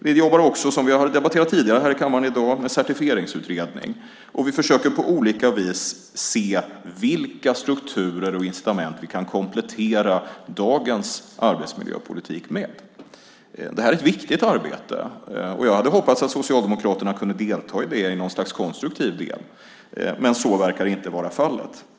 Vi jobbar också, som vi har debatterat tidigare här i kammaren i dag, med certifieringsutredning, och vi försöker på olika vis se vilka strukturer och incitament vi kan komplettera dagens arbetsmiljöpolitik med. Det här är ett viktigt arbete, och jag hade hoppats att Socialdemokraterna kunde ha deltagit i det på något slags konstruktivt sätt, men så verkar inte vara fallet.